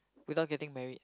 without getting married